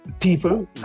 people